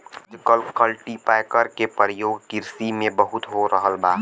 आजकल कल्टीपैकर के परियोग किरसी में बहुत हो रहल बा